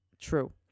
true